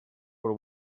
por